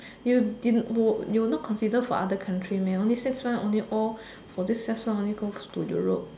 you give it more you not consider for other country meh only six months only all for this six months only go to Europe